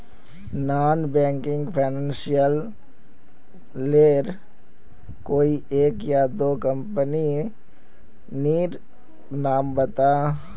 Non banking financial लेर कोई एक या दो कंपनी नीर नाम बता?